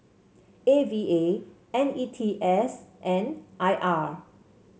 A V A N E T S and I R